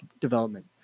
development